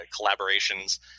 collaborations